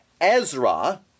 Ezra